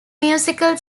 musical